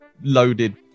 loaded